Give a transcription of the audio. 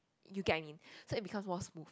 you get I mean so it becomes more smooth